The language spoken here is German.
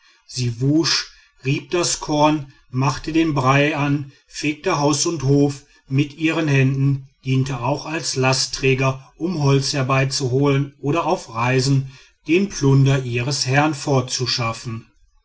sie wusch rieb das korn machte den brei an fegte haus und hof mit ihren händen diente auch als lastträger um holz herbeizuholen oder auf reisen den plunder ihres herrn